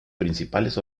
principales